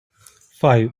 five